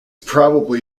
probably